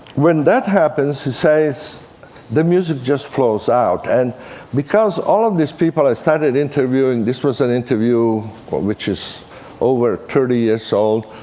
when that happens, he says the music just flows out. and because all of these people i started interviewing this was an interview which is over thirty years old